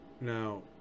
now